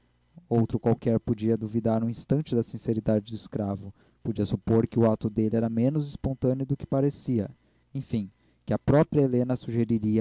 outro qualquer podia duvidar um instante da sinceridade do escravo podia supor que o ato dele era menos espontâneo do que parecia enfim que a própria helena sugerira